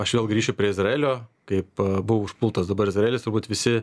aš vėl grįšiu prie izraelio kaip buvo užpultas dabar izraelis turbūt visi